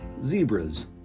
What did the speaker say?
Zebras